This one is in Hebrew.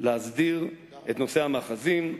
להסדיר את נושא המאחזים.